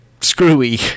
screwy